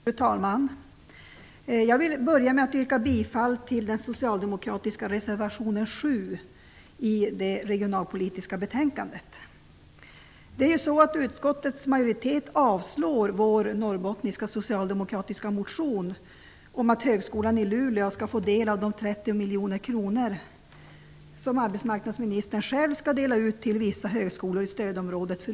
Fru talman! Jag vill börja med att yrka bifall till den socialdemokratiska reservationen 7 i det regionalpolitiska betänkandet. Utskottets majoritet avslår vår norrbottniska, socialdemokratiska motion om att Högskolan i Luleå skall få del av de 30 miljoner kronor för utvecklingsverksamhet som arbetsmarknadsministern skall dela ut till vissa högskolor i stödområdet.